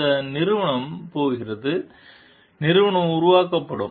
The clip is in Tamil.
இந்த நிறுவனம் போகிறது நிறுவனம் உருவாக்கப்படும்